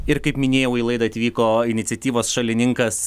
ir kaip minėjau į laidą atvyko iniciatyvos šalininkas